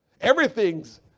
Everything's